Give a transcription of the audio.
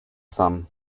some